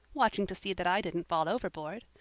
watching to see that i didn't fall overboard.